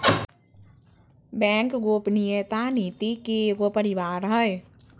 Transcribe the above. bank गोपनीयता नीति के एगो परिवार हइ